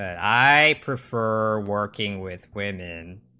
i prefer working with women